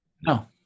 No